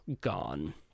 gone